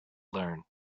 learn